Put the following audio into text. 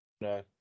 No